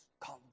come